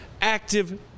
active